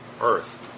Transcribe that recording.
earth